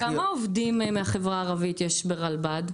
כמה עובדים מהחברה הערבית יש ברלב"ד?